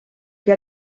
que